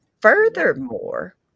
Furthermore